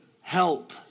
help